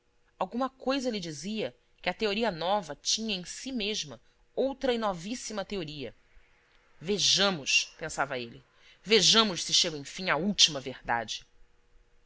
alguma coisa lhe dizia que a teoria nova tinha em si mesma outra e novíssima teoria vejamos pensava ele vejamos se chego enfim à última verdade